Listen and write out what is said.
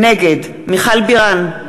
נגד מיכל בירן,